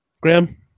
Graham